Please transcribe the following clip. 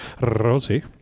Rosie